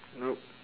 no